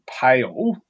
pale